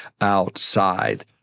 outside